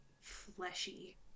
fleshy